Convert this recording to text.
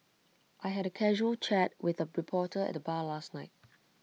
I had A casual chat with A reporter at the bar last night